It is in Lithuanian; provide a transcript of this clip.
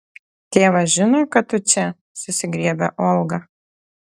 tėvas žino kad tu čia susigriebia olga